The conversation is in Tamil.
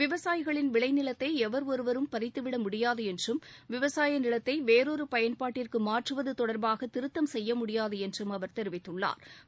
விவசாயிகளின் விளை நிலத்தை எவா் ஒருவரும் பறித்துவிட முடியாது என்றும் விவசாய நிலத்தை வேறொரு பயன்பாட்டிற்கு மாற்றுவது தொடா்பாக திருத்தம் செய்ய முடியாது என்றும் அவா் தெரிவித்துள்ளா்